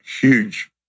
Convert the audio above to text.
huge